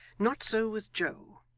not so with joe,